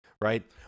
Right